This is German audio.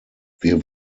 wir